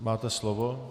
Máte slovo.